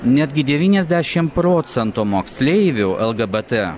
netgi devyniasdešimt procentų moksleivių lgbt